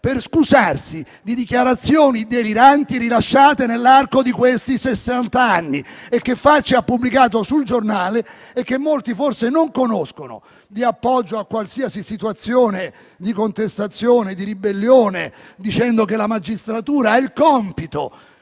per scusarsi delle dichiarazioni deliranti rilasciate nell'arco di questi sessant'anni, che Facci ha pubblicato su «Il Giornale» e che molti forse non conoscono, di appoggio a qualsiasi situazione di contestazione e di ribellione, dicendo che la magistratura ha il compito